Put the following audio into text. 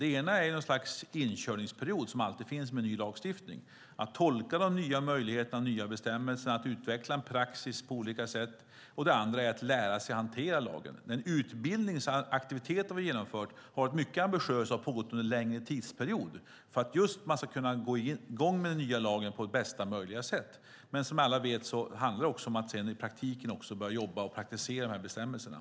Det ena är en inkörningsperiod som det alltid finns med ny lagstiftning när det gäller att tolka de nya möjligheterna, de nya bestämmelserna, och att utveckla en praxis. Det gäller att lära sig att hantera lagen. Den utbildningsaktivitet som vi genomfört har varit mycket ambitiös och pågått under en längre tid just för att man ska komma i gång med den nya lagen på bästa möjliga sätt. Som alla vet gäller det att sedan i praktiken också börja jobba med och praktisera bestämmelserna.